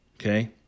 okay